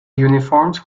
uniforms